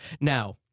now